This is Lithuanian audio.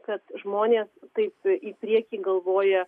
kad žmonės taip į priekį galvoja